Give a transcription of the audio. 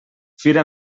fira